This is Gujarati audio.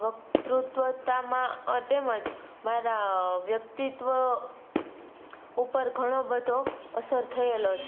વકૃત્ત્વતામાં તેમજ મારાં વ્યક્તિત્વ ઉપર ઘણો બધો અસર થયેલો છે